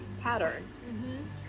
pattern